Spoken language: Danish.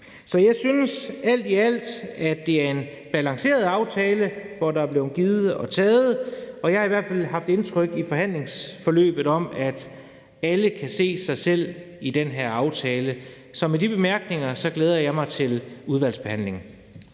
Så jeg synes alt i alt at det er en balanceret aftale, hvor der er blevet givet og taget, og jeg har i hvert fald haft det indtryk i forhandlingsforløbet, at alle kan se sig selv i den her aftale. Så med de bemærkninger glæder jeg mig til udvalgsbehandlingen.